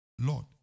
Lord